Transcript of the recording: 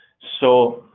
so